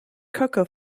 cocoa